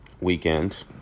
weekend